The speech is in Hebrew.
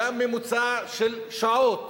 גם ממוצע של שעות